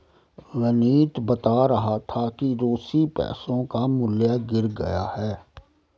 विनीत बता रहा था कि रूसी पैसों का मूल्य गिर गया है